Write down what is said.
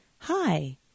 hi